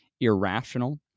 irrational